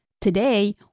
Today